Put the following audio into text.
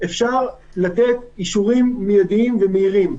אפשר לתת אישורים מיידיים ומהירים.